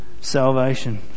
salvation